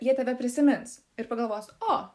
jie tave prisimins ir pagalvos o